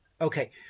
okay